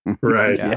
Right